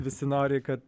visi nori kad